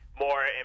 more